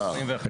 הצבעה לא אושר.